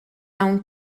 hawn